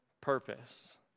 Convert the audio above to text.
purpose